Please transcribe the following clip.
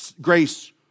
Grace